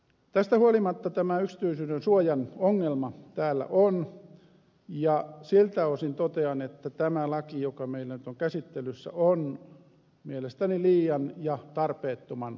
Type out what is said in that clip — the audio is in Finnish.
tästä huolimatta tämä yksityisyyden suojan ongelma täällä on ja siltä osin totean että tämä laki joka meillä nyt on käsittelyssä on mielestäni liian ja tarpeettoman avara